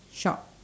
shop